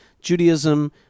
Judaism